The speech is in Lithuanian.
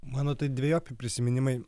mano tai dvejopi prisiminimai